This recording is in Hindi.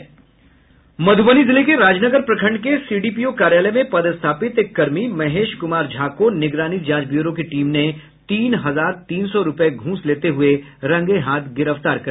मध्रबनी जिले के राजनगर प्रखंड के सीडीपीओ कार्यालय में पदस्थापित एक कर्मी महेश कुमार झा को निगरानी जांच ब्यूरो की टीम ने तीन हजार तीन सौ रूपये घूस लेते हुए रंगेहाथ गिरफ्तार किया